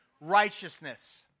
righteousness